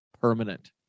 permanent